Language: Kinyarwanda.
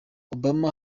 obama